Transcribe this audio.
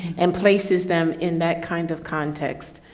and places them in that kind of context.